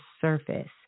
surface